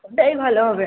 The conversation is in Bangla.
ওটাই ভালো হবে